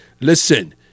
Listen